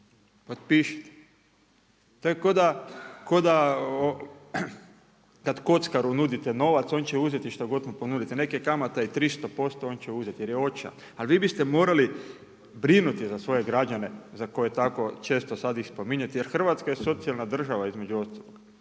potpišite. To je ko da kad kockaru nudite novac, on će uzeti što god mu ponudite, neke je kamate 300%, on će uzeti, jer je očajan. Ali vi biste morali brinuti za svoje građane, za koje tako često sad i spominjete, jer Hrvatska je socijalna država između ostalog,